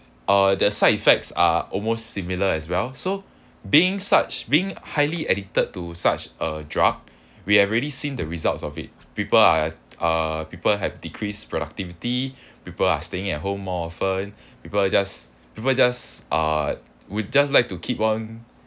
uh the side effects are almost similar as well so being such being highly addicted to such a drug we have already seen the results of it people are uh people have decreased productivity people are staying at home more often people are just people just uh we just like to keep on